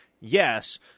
Yes